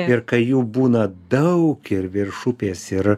ir kai jų būna daug ir virš upės ir